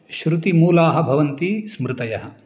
श्रुतिमूलाः भवन्ति स्मृतयः